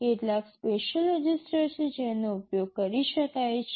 કેટલાક special register છે જેનો ઉપયોગ કરી શકાય છે